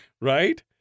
right